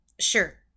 sure